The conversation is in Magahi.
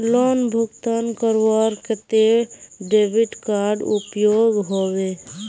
लोन भुगतान करवार केते डेबिट कार्ड उपयोग होबे?